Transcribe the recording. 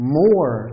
more